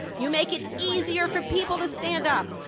you make it easier for people to stand up,